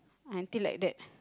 until like that